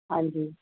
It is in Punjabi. ਹਾਂਜੀ